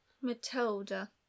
Matilda